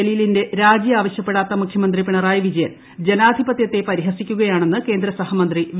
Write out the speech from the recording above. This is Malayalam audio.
ജലീലിന്റെ രാജി ആവശ്യപ്പെടാത്ത മുഖ്യമന്ത്രി പിണറായി വിജയൻ ജനാധിപതൃത്തെ പരിഹസിക്കുകയാണെന്ന് കേന്ദ്ര സഹമന്ത്രി വി